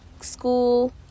school